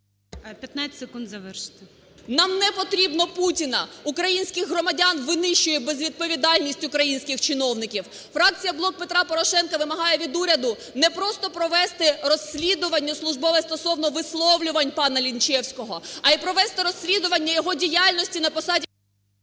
15 секунд, завершуйте. ЧЕРВАКОВА О.В. Нам не потрібно Путіна. Українських громадян винищує безвідповідальність українських чиновників. Фракція "Блок Петра Порошенка" вимагає від уряду не просто провести розслідування службове стосовно висловлювань пана Лінчевського, а й провести розслідування його діяльності на посаді…